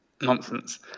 Nonsense